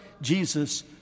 Jesus